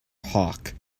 hawke